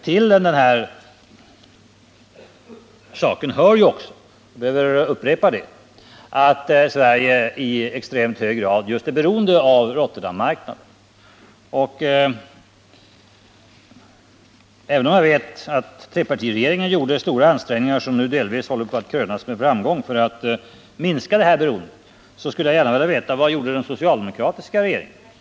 Till saken hör också — jag upprepar det — att Sverige i extremt hög grad är beroende just av Rotterdammarknaden. Även om jag vet att trepartiregeringen gjorde stora ansträngningar, som nu delvis håller på att krönas med framgång, för att minska detta beroende, så skulle jag gärna vilja veta vad den socialdemokratiska regeringen gjorde.